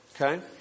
okay